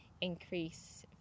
increase